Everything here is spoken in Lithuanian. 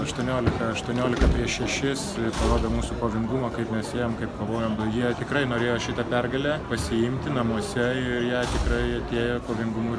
aštuoniolika aštuoniolika prieš šešis parodo mūsų kovingumą kaip mes ėjom kaip kovojom jie tikrai norėjo šitą pergalę pasiimti namuose ir ją tikrai atėjo kovingumu